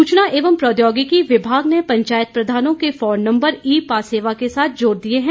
सूचना एवं प्रौद्योगिकी विभाग ने पंचायत प्रधानों के फोन नम्बर ई पास सेवा के साथ जोड़ दिये हैं